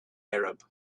arab